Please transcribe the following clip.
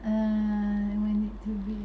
err want it to be